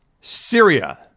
Syria